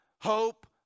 hope